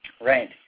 Right